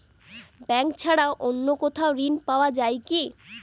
Bank ছাড়া অন্য কোথাও ঋণ পাওয়া যায় কি?